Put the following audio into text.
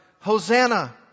Hosanna